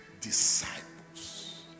disciples